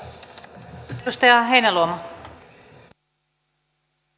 arvoisa puhemies